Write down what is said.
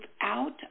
out